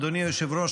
אדוני היושב-ראש,